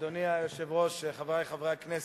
אדוני היושב-ראש, חברי חברי הכנסת,